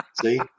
See